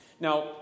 Now